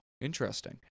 Interesting